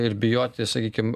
ir bijoti sakykim